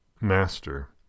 master